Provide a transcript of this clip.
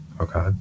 Okay